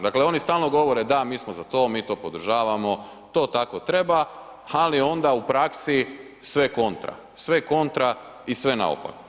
Dakle oni stalno govore da mi smo za to, mi to podržavamo, to tako treba ali onda u praksi sve kontra, sve kontra i sve naopako.